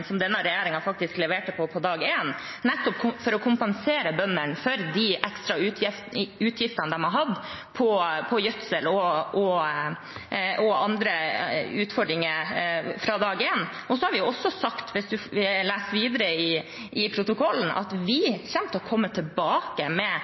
som er alvorlige også for næringen. Representanten nevner tilleggsforhandlingene, som denne regjeringen faktisk leverte på fra dag én, nettopp for å kompensere bøndene for de ekstra utgiftene de har hatt til gjødsel og andre utfordringer – fra dag én. Vi har også sagt – hvis man leser videre i protokollen – at